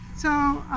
so